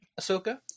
Ahsoka